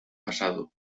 pasado